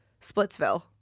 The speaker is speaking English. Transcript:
Splitsville